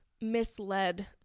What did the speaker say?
misled